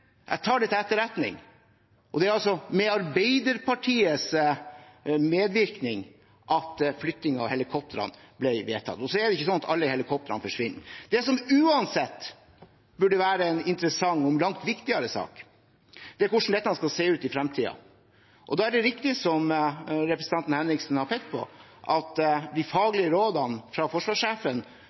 jeg tar det til etterretning, og det er med Arbeiderpartiets medvirkning at flytting av helikoptrene ble vedtatt. Det er heller ikke sånn at alle helikoptrene forsvinner. Det som uansett burde være en interessant og langt viktigere sak, er hvordan dette skal se ut i fremtiden. Da er det riktig, som representanten Henriksen har pekt på, at de faglige rådene fra forsvarssjefen